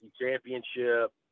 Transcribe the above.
championship